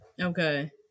Okay